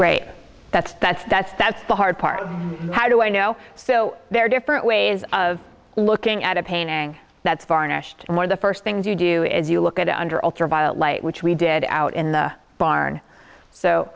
great that's that's that's that's the hard part how do i know so there are different ways of looking at a painting that's varnished more the first things you do is you look at it under ultraviolet light which we did out in the barn so